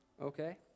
Okay